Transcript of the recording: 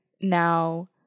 now